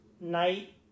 night